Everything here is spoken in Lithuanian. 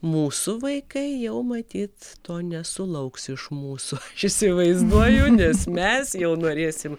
mūsų vaikai jau matyt to nesulauks iš mūsų įsivaizduoju nes mes jau norėsim